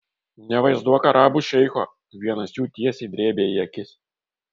nevaizduok arabų šeicho vienas jų tiesiai drėbė į akis